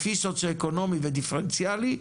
לפי סוציואקונומי ודיפרנציאלי,